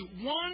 one